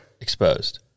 exposed